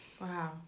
Wow